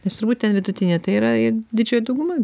nes turbūt ten vidutiniai tai yra ir didžioji dauguma